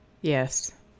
Yes